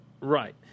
Right